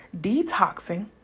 detoxing